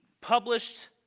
published